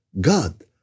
God